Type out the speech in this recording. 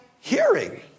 hearing